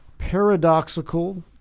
paradoxical